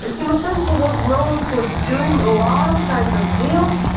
ah tymoshenko was known for doing a lot of kinds of deals.